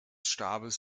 stabes